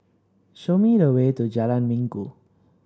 show me the way to Jalan Minggu